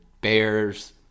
Bears